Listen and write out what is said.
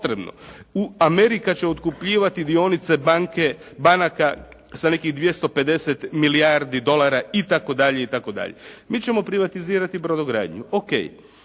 Amerika će otkupljivati dionice banaka sa nekih 250 milijardi dolara itd. Mi ćemo privatizirati brodogradnju,